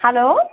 hello